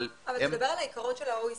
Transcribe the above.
אבל הם --- אבל תדבר על העיקרון של ה-OECD.